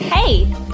Hey